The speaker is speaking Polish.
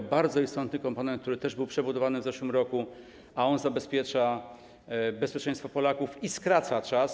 To bardzo istotny komponent, który też był przebudowany w zeszłym roku, który zabezpiecza bezpieczeństwo Polaków i skraca czas.